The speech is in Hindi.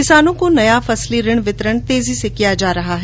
किसानों को नया फसली ऋण वितरण तेजी से किया जा रहा है